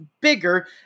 bigger